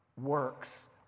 works